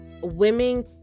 women